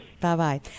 Bye-bye